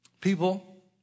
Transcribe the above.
people